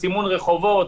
סימון רחובות,